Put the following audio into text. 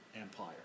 Empire